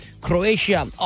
Croatia